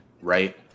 right